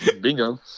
Bingo